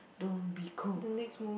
don't be cool